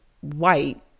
white